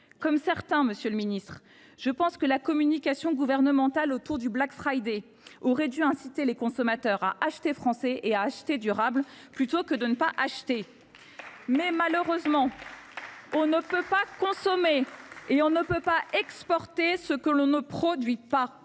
Comme certains, monsieur le ministre, j’estime que la communication gouvernementale sur le aurait dû inciter les consommateurs à acheter français et à acheter durable plutôt qu’à ne pas acheter. Malheureusement, on ne peut ni consommer ni exporter ce que l’on ne produit pas.